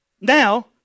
Now